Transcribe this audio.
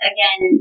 Again